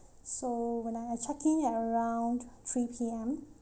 so when I I checked in at around three P_M